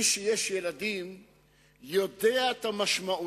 באמת צריך להדק את החגורה,